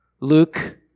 Luke